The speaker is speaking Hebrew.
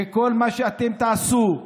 וכל מה שאתם תעשו,